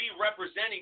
representing